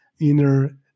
inner